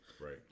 Right